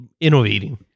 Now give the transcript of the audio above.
innovating